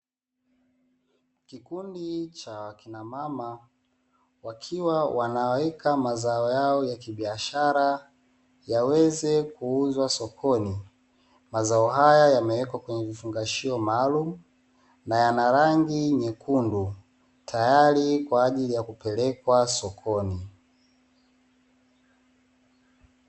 Kikundi cha wakinamama wakiwa wanaweka mazao yao ya kibiashara yaweze kuuzwa sokoni, mazao haya yamewekwa kwenye vifungashio maalumu na yana rangi nyekundu tayari kwa ajili ya kupelekwa sokoni.